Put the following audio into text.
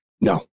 No